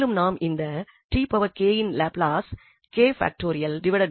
மேலும் நாம் இந்த இன் லாப்லாஸ் என்று அறிவோம்